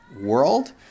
world